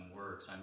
works